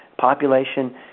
population